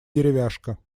деревяшка